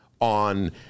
on